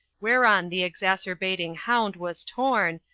whereon the exacerbating hound was torn,